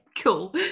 cool